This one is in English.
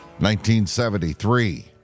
1973